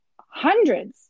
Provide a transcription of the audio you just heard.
hundreds